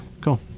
Cool